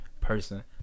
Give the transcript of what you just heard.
Person